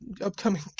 upcoming